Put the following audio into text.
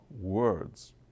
words